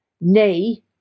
Nay